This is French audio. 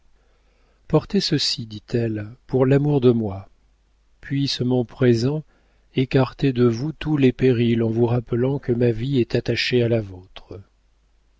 portez ceci dit-elle pour l'amour de moi puisse mon présent écarter de vous tous les périls en vous rappelant que ma vie est attachée à la vôtre